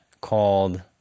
called